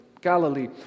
Galilee